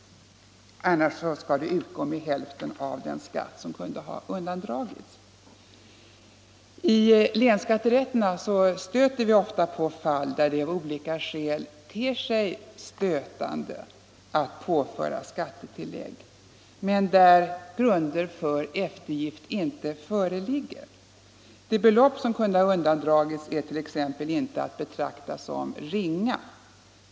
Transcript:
Annars skall det utgå med hälften av den skatt som kunde ha undandragits. I länsskatterätterna stöter vi ofta på fall där det av olika skäl ter sig stötande att påföra skattetillägg, men där grunder för eftergift inte fö religger. Det belopp som kunde ha undandragits är t.ex. inte att betrakta som ringa.